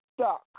stuck